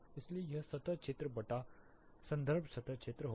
इसलिए यह सतह क्षेत्र बटा संदर्भ सतह क्षेत्र होगा